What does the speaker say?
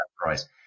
price